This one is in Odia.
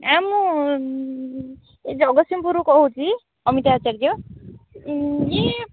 ହଁ ମୁଁ ଏ ଜଗତସିଂହପୁରରୁ କହୁଛି ଅମିତା ଆଚାର୍ଯ୍ୟ ୟେ